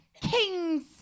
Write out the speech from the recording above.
kings